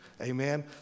Amen